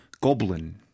Goblin